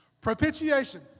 Propitiation